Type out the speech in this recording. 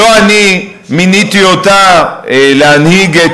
שלא אני מיניתי אותה להנהיג,